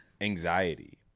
Anxiety